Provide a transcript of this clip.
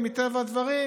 מטבע הדברים,